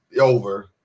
over